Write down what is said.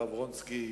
הרב רונצקי,